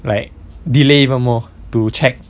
like delay even more to check